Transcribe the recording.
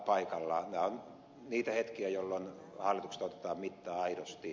nämä ovat niitä hetkiä jolloin hallituksesta otetaan mittaa aidosti